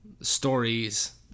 stories